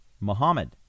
Muhammad